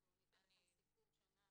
אנחנו ניתן לכם סיכום שנה.